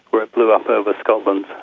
where it blew up over scotland.